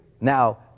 now